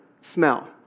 smell